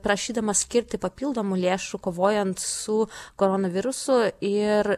prašydama skirti papildomų lėšų kovojant su koronavirusu ir